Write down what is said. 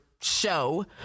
show